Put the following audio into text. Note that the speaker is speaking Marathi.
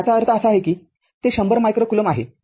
तर याचा अर्थ असा आहे की ते १०० मायक्रो कुलोम आहे